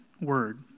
word